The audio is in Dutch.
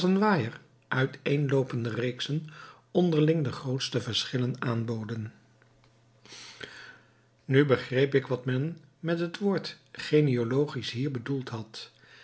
uiteenloopende reeksen onderling de grootste verschillen aanboden nu begreep ik wat men met het woord genealogisch hier bedoeld had